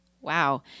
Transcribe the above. Wow